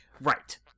Right